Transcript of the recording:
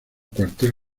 cuartel